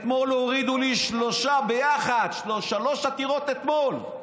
אתמול הורידו לי שלוש ביחד, שלוש עתירות אתמול,